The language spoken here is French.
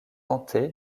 tenté